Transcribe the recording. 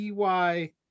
TY